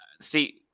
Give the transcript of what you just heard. See